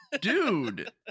dude